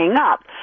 up